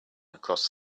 across